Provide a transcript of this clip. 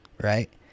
Right